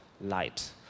light